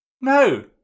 No